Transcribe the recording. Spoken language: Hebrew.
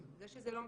זה שזה לא מספיק,